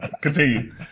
Continue